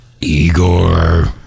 Igor